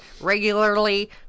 regularly